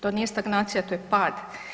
To nije stagnacija, to je pad.